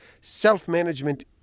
self-management